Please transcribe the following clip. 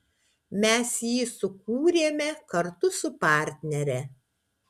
mes jį sukūrėme kartu su partnere